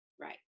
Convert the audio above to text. Right